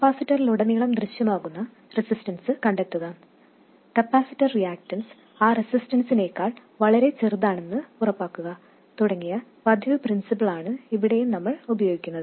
കപ്പാസിറ്ററിലുടനീളം ദൃശ്യമാകുന്ന റെസിസ്റ്റൻസ് കണ്ടെത്തുക കപ്പാസിറ്റർ റിയാക്റ്റൻസ് ആ റെസിസ്റ്റൻസിനേക്കാൾ വളരെ ചെറുതാണെന്ന് ഉറപ്പാക്കുക തുടങ്ങിയ പതിവ് പ്രിൻസിപ്പൾ ആണ് ഇവിടെയും നമ്മൾ ഉപയോഗിക്കുന്നത്